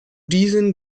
diesen